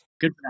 Good